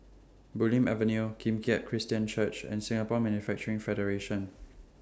Bulim Avenue Kim Keat Christian Church and Singapore Manufacturing Federation